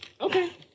Okay